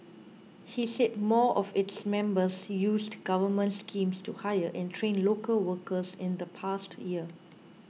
he said more of its members used government schemes to hire and train local workers in the past year